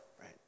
right